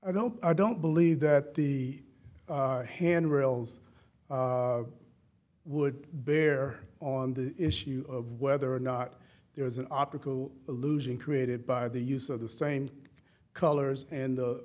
i don't i don't believe that the hand rails would bear on the issue of whether or not there was an optical illusion created by the use of the same colors and the